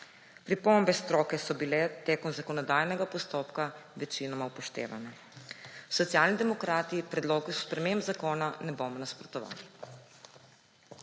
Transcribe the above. Pripombe stroke so bile tekom zakonodajnega postopka večinoma upoštevane. Socialni demokrati predlogu sprememb zakona ne bomo nasprotovali.